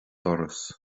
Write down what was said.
doras